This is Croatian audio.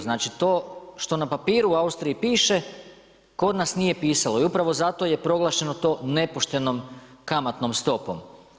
Znači to što na papiru u Austriji piše kod nas nije pisalo i upravo zato je proglašeno to nepoštenom kamatnom stopom.